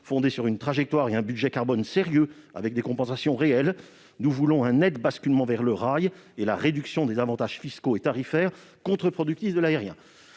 fondée sur une trajectoire et un budget carbone sérieux, accompagnés de compensations réelles. Nous souhaitons un basculement net vers le rail et la réduction des avantages fiscaux et tarifaires contre-productifs dont